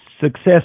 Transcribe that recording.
success